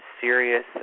serious